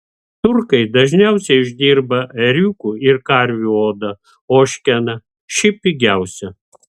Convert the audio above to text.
turkai dažniausiai išdirba ėriukų ir karvių odą ožkeną ši pigiausia